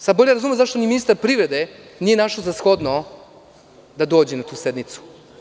Sada bolje razumem zašto ni ministar privrede nije našao za shodno da dođe na tu sednicu.